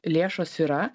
lėšos yra